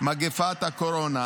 מגפת הקורונה.